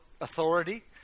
authority